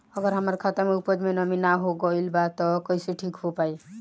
अगर हमार खेत में उपज में नमी न हो गइल बा त कइसे ठीक हो पाई?